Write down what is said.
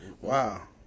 Wow